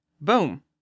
Boom